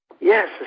Yes